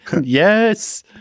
Yes